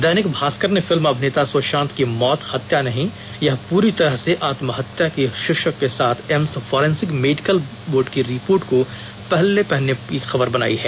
दैनिक भास्कर ने फिल्म अभिनेता सुशांत की मौत हत्या नहीं यह पूरी तरह से आत्महत्या की शीर्षक के साथ एम्स फॉरेंसिक मेडिकल बोर्ड की रिपोर्ट को पहले पन्ने की खबर बनाया है